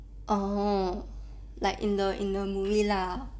oh like in the in the movie lah